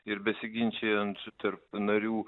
ir besiginčijant su tarp narių